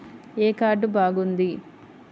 ఏ card బాగుంది?